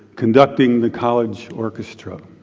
conducting the college orchestra,